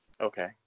Okay